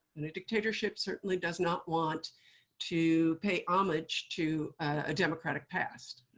and a dictatorship certainly does not want to pay homage to a democratic past.